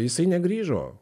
jisai negrįžo